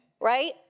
right